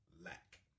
lack